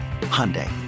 Hyundai